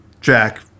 Jack